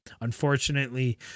unfortunately